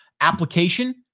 application